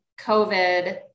COVID